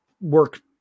work